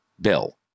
bill